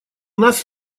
нас